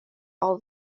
all